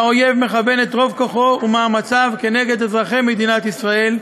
והאויב מכוון את רוב כוחו ומאמציו כנגד אזרחי מדינת ישראל,